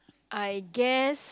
I guess